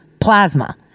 plasma